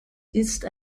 ist